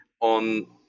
on